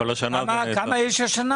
כמה יש השנה?